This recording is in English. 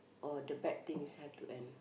all the bad things have to end